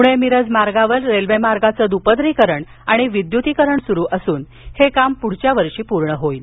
पूणे मिरज मार्गावर रेल्वे मार्गाचं दुपदरीकरण आणि विद्युतीकरण सुरू असून हे काम पुढच्या वर्षी पूर्ण होईल